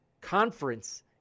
conference